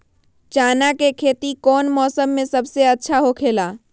चाना के खेती कौन मौसम में सबसे अच्छा होखेला?